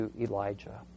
Elijah